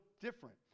different